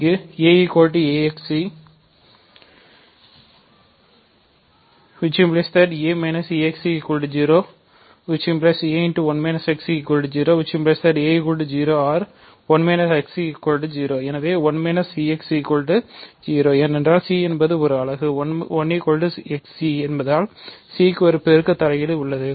இங்கு aaxc a axc0 a0 a0 or 1 xc0 எனவே 1 cx 0 என்றால் c என்பது ஒரு அலகு1 xc என்பதால் c க்கு ஒரு பெருக்க தலைகீழ் உள்ளது